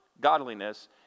godliness